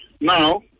Now